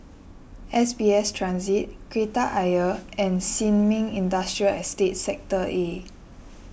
S B S Transit Kreta Ayer and Sin Ming Industrial Estate Sector A